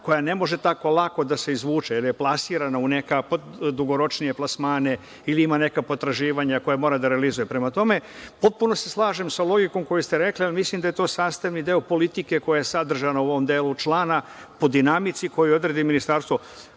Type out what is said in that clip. koja ne može tako lako da se izvuče jer je plasirana u neke dugoročnije plasmane, ili ima neka potraživanja koja mora da realizuje. Prema tome, potpuno se slažem sa logikom koju ste rekli, ali mislim da je to sastavni deo politike koja je sadržana u ovom delu člana, po dinamici koju odredi ministarstvo.